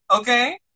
okay